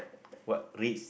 what risk